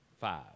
five